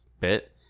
bit